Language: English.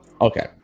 okay